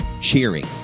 cheering